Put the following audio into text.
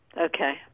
Okay